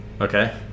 Okay